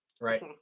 right